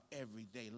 everyday